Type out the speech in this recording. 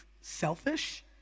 selfish